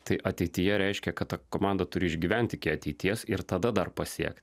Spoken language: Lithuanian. tai ateityje reiškia kad ta komanda turi išgyventi iki ateities ir tada dar pasiekt